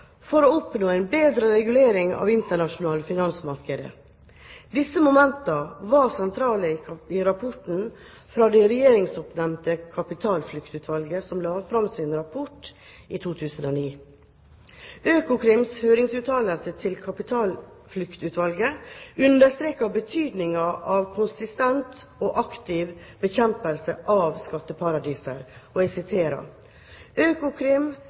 for å oppnå en bedre regulering av internasjonale finansmarkeder. Disse momentene var sentrale i rapporten fra det regjeringsoppnevnte Kapitalfluktutvalget, som la fram sin rapport i 2009. Økokrims høringsuttalelse til Kapitalfluktutvalget understreket betydningen av konsistent og aktiv bekjempelse av skatteparadiser: